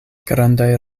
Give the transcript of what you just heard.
grandaj